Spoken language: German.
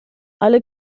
alle